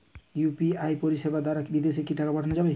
UPI পরিষেবা দারা বিদেশে কি টাকা পাঠানো যাবে?